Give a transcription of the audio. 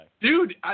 Dude